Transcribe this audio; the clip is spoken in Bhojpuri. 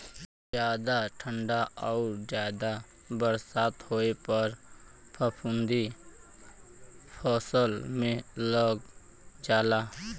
जादा ठंडा आउर जादा बरसात होए पर फफूंदी फसल में लग जाला